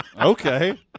Okay